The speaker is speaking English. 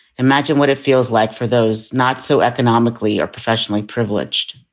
imagine what it feels like for those not so economically or professionally privileged.